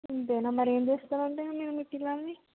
అంతేనా మరి ఏమి చేస్తారు అండి మీరు మీ పిల్లల్ని